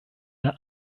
der